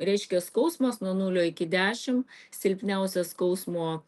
reiškia skausmas nuo nulio iki dešimt silpniausias skausmo